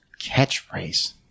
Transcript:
catchphrase